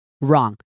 wrong